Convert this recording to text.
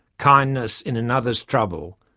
kindness in another's trouble,